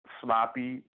sloppy